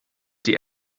die